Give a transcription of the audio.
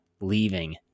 leaving